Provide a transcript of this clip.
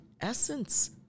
essence